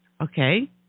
Okay